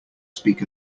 speak